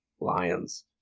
Lions